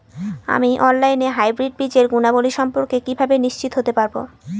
আমি অনলাইনে হাইব্রিড বীজের গুণাবলী সম্পর্কে কিভাবে নিশ্চিত হতে পারব?